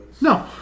No